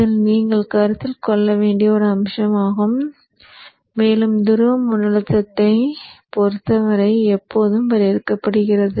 இது நீங்கள் கருத்தில் கொள்ள வேண்டிய ஒரு அம்சமாகும் மேலும் துருவ மின்னழுத்தத்தைப் பொறுத்து d எப்போதும் வரையறுக்கப்படுகிறது